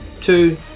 two